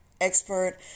expert